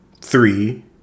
three